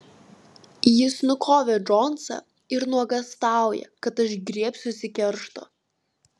jis nukovė džonsą ir nuogąstauja kad aš griebsiuosi keršto